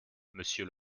monsieur